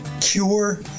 Cure